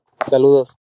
Saludos